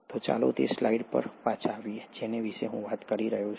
તો ચાલો તે સ્લાઇડ પર પાછા આવીએ જેના વિશે હું વાત કરી રહ્યો હતો